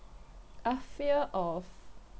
I fear of